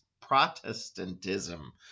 Protestantism